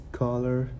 color